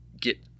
get